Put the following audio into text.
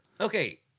Okay